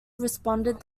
responded